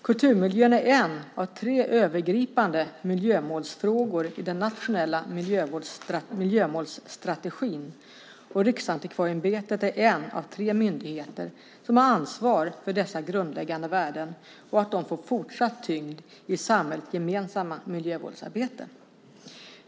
Kulturmiljön är en av tre övergripande miljömålsfrågor i den nationella miljömålsstrategin, och Riksantikvarieämbetet är en av tre myndigheter som har ansvar för dessa grundläggande värden och att de får fortsatt tyngd i samhällets gemensamma miljömålsarbete .